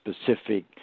specific